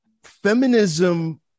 feminism